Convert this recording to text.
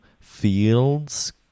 fields